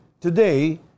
today